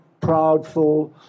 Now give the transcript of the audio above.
proudful